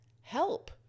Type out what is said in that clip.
Help